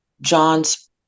john's